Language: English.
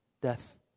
Death